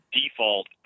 default